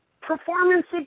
performance